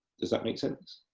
does that make sense?